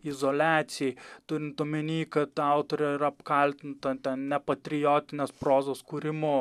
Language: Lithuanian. izoliacijai turint omeny kad autorė yra apkaltinta nepatriotinės prozos kūrimu